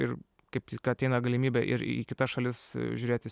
ir kaip tik ateina galimybė ir į kitas šalis žiūrėti